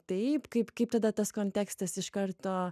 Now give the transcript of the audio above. taip kaip kaip tada tas kontekstas iš karto